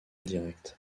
direct